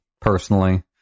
personally